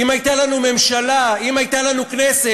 אם הייתה לנו ממשלה, אם הייתה לנו כנסת.